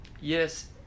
yes